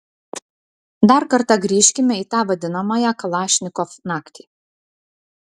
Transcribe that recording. dar kartą grįžkime į tą vadinamąją kalašnikov naktį